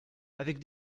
avec